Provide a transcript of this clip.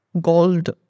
gold